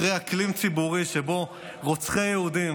אחרי אקלים ציבורי שבו רוצחי יהודים